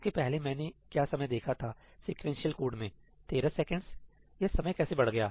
इसके पहले मैंने क्या समय देखा था सीक्वेंशियल कोड में 13 सेकंडस यह समय कैसे बढ़ गया